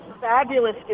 fabulous